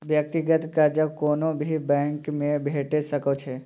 व्यक्तिगत कर्जा कोनो भी बैंकमे भेटि सकैत छै